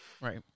Right